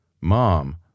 Mom